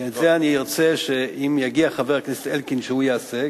כי את זה אני ארצה שיעשה חבר הכנסת אלקין אם יגיע,